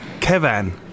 Kevin